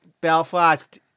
Belfast